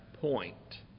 point